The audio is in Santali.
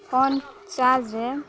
ᱯᱷᱳᱱ ᱪᱟᱨᱡᱽ ᱨᱮ